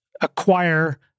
acquire